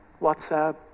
WhatsApp